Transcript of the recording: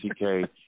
TK